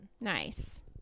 nice